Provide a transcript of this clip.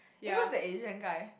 eh who's the Asian guy